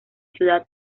ciudad